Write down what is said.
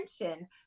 attention